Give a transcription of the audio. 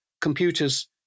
computers